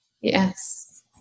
Yes